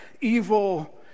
Evil